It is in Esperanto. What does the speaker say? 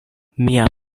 mia